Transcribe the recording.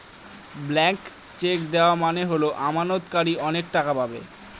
blank cheque দেওয়া মানে হল আমানতকারী অনেক টাকা পাবে